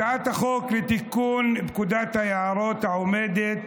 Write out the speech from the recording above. הצעת החוק לתיקון פקודת היערות העומדת